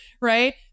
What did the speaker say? Right